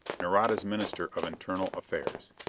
nareda's minister of internal affairs.